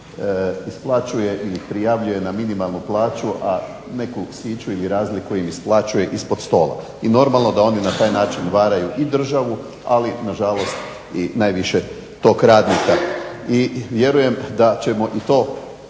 isplaćuje ili prijavljuje na minimalnu plaću, a neku siću ili razliku im isplaćuje ispod stola. I normalno da oni na taj način varaju i državu, ali na žalost najviše tog radnika. I vjerujem da ćemo i to,